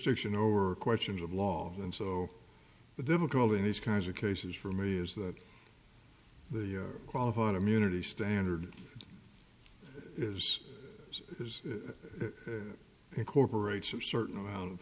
diction over questions of law and so the difficulty in these kinds of cases for me is that the qualified immunity standard is as a corporation a certain amount of